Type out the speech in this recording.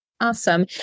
Awesome